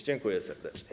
Dziękuję serdecznie.